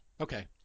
Okay